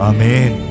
Amen